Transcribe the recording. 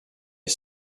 est